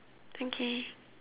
okay